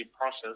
process